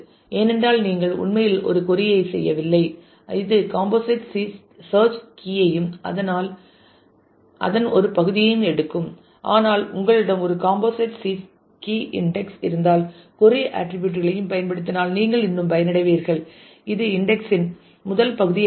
ஏனென்றால் நீங்கள் உண்மையில் ஒரு கொறி ஐ செய்யவில்லை இது காம்போசிட் சேர்ச் கீ யையும் ஆனால் அதன் ஒரு பகுதியையும் எடுக்கும் ஆனால் உங்களிடம் ஒரு காம்போசிட் சேர்ச் கீ இன்டெக்ஸ் இருந்தால் கொறி ஆட்டிரிபியூட் களை பயன்படுத்தினால் நீங்கள் இன்னும் பயனடைவீர்கள் இது இன்டெக்ஸ் இன் முதல் பகுதி ஆகும்